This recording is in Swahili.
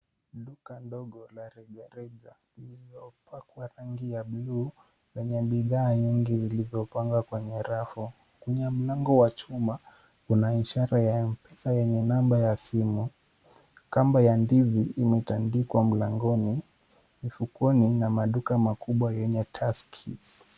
Duka ndogo la reje reja lililopakwa rangi ya buluu, lenye bidhaa nyingi zilizopangwa kwenye rafu. Kwenye mlango wa chuma, kuna ishara ya M-Pesa yenye namba za simu. Kamba ya ndizi imetandikwa mlangoni. Mifukoni yenye maduka makubwa kama Tuskys.